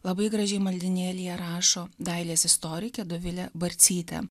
labai gražiai maldynėlyje rašo dailės istorikė dovilė barcytė